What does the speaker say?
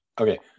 Okay